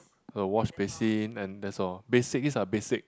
a wash basin and that's all basic these are basic